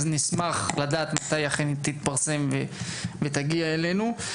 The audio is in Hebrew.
נשמח לדעת מתי היא אכן תתפרסם ותגיע אלינו.